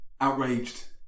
Outraged